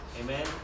Amen